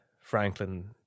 Franklin